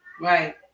right